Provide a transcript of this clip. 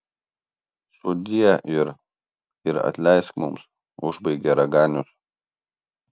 sudie ir ir atleisk mums užbaigė raganius